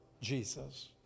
Jesus